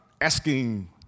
asking